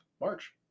March